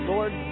Lord